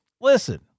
listen